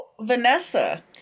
Vanessa